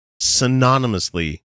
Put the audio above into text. synonymously